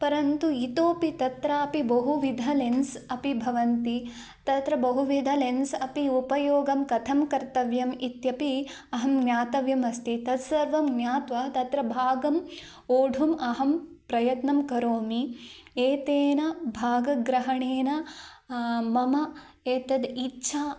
परन्तु इतोऽपि तत्रापि बहुविध लेन्स् अपि भवन्ति तत्र बहुविध लेन्स् अपि उपयोगं कथं कर्तव्यम् इत्यपि अहं ज्ञातव्यम् अस्ति तत् सर्वं ज्ञात्वा तत्र भागं वोढुम् अहं प्रयत्नं करोमि एतेन भागग्रहणेन मम एतद् इच्छा